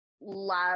love